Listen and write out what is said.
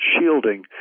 shielding